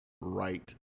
right